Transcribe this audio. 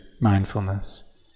mindfulness